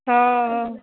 हा